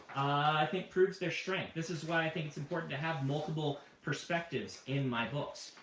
i think, proves their strength. this is why i think it's important to have multiple perspectives in my books.